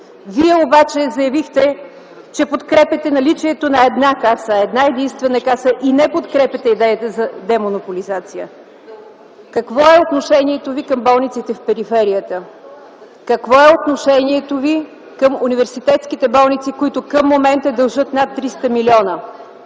Вие обаче заявихте, че подкрепяте наличието на една Каса, една - единствена Каса, и не подкрепяте идеята за демонополизация. Какво е отношението Ви към болниците в периферията? Какво е отношението Ви към университетските болници, които към момента дължат над 300 милиона?